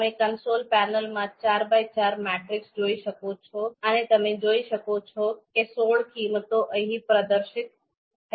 તમે કન્સોલ પેનલમાં 4x4 matrix જોઈ શકો છો અને તમે જોઈ શકો છો કે સોળ કિંમતો અહીં પ્રદર્શિત થઈ છે